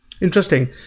interesting